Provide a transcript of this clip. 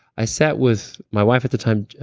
i sat with my wife at the time,